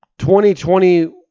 2020